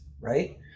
right